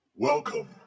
Welcome